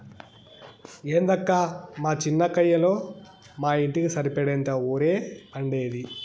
ఏందక్కా మా చిన్న కయ్యలో మా ఇంటికి సరిపడేంత ఒరే పండేది